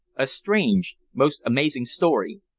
a strange most amazing story.